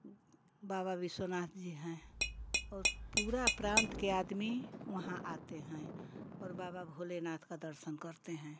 बाबा विश्वनाथ जी हैं और पूरा प्रान्त के आदमी वहाँ आते हैं और बाबा भोलेनाथ का दर्शन करते हैं